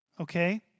Okay